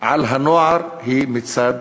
על הנוער היא מצד